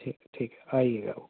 ٹھیک ہے ٹھیک ہے آئیے گا اوکے